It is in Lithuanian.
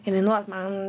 jinai nuolat man